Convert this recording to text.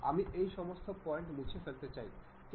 আমি এই সমস্ত পয়েন্ট মুছে ফেলতে চাই